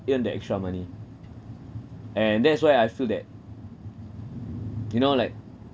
earn the extra money and that's why I feel that you know like